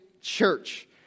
church